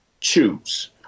choose